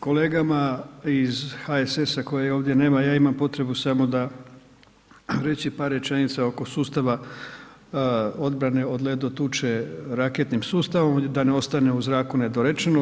Kolegama iz HSS-a koje ovdje nema, ja imam potrebu samo da, reći par rečenica oko sustava odbrane od ledo tuče raketnim sustavom da ne ostane u zraku nedorečeno.